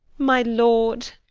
my lord,